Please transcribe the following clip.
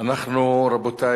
רבותי,